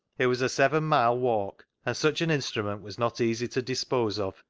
it was a seven-mile walk, and such an instrument was not easy to dispose of,